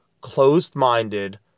closed-minded